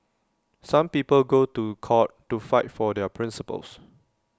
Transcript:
some people go to court to fight for their principles